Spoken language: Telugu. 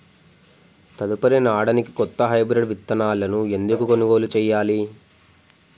తదుపరి నాడనికి కొత్త హైబ్రిడ్ విత్తనాలను ఎందుకు కొనుగోలు చెయ్యాలి?